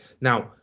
Now